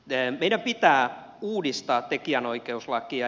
meidän pitää uudistaa tekijänoikeuslakia